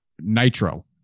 nitro